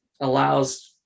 allows